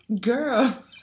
Girl